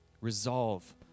Resolve